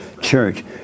church